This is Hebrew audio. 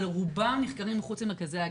אבל רובם נחקרים מחוץ למרכזי ההגנה.